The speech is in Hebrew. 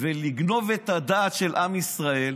ולגנוב את הדעת של עם ישראל.